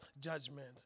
judgment